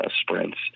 sprints